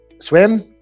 swim